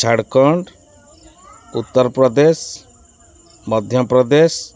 Jharkhand Uttar Pradesh Madhya Pradesh